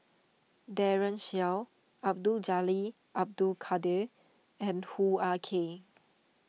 Daren Shiau Abdul Jalil Abdul Kadir and Hoo Ah Kay